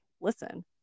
listen